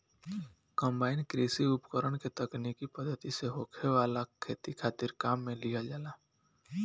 combine कृषि उपकरण के तकनीकी पद्धति से होखे वाला खेती खातिर काम में लिहल जाला